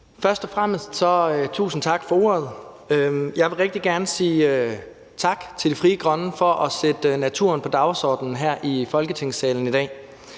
Først og fremmest tusind tak for ordet. Og så vil jeg rigtig gerne sige tak til Frie Grønne for at sætte naturen på dagsordenen her i Folketingssalen i dag.